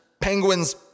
Penguins